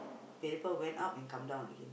went up and come down again